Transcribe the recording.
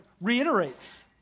reiterates